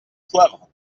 poivre